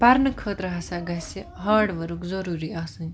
پَرنہٕ خٲطرٕ ہَسا گَژھِ ہاڈ ورک ضوٚروٗری آسٕنۍ